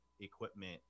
equipment